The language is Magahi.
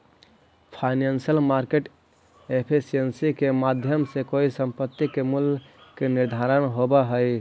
फाइनेंशियल मार्केट एफिशिएंसी के माध्यम से कोई संपत्ति के मूल्य के निर्धारण होवऽ हइ